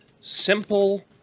simple